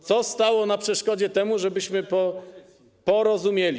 Co stało na przeszkodzie temu, żebyśmy się porozumieli?